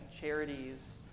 charities